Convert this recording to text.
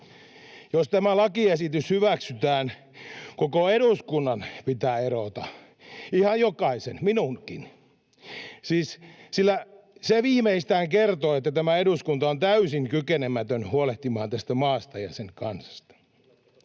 Jos tämä lakiesitys hyväksytään, koko eduskunnan pitää erota — ihan jokaisen, minunkin — sillä se viimeistään kertoo, että tämä eduskunta on täysin kykenemätön huolehtimaan tästä maasta ja sen kansasta.